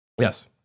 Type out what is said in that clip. Yes